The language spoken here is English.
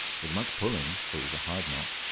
with much pulling, for it was a hard knot,